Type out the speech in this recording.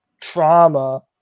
trauma